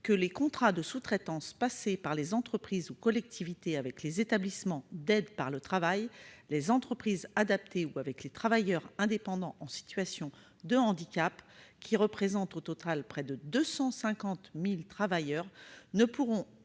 que les contrats de sous-traitance passés par les entreprises ou collectivités avec les établissements et services d'aide par le travail, les ÉSAT, les entreprises adaptées, les EA, ou avec les travailleurs indépendants en situation de handicap, les TIH, qui représentent au total près de 250 000 travailleurs, ne pourront